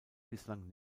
bislang